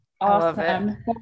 Awesome